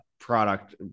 product